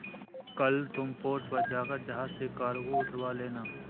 कल तुम पोर्ट पर जाकर जहाज से कार्गो उतरवा लेना